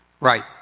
Right